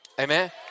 Amen